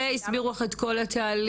הסבירו לך את כל התהליך?